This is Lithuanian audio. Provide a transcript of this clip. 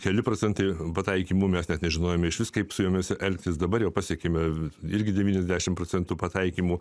keli procentai pataikymu mes net nežinojome išvis kaip su jomis elgtis dabar jau pasiekėme irgi devyniasdešimt procentų pataikymu